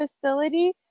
facility